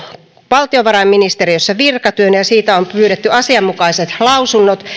valtiovarainministeriössä virkatyönä ja siitä on pyydetty asianmukaiset lausunnot